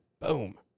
Boom